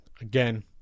again